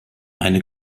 eine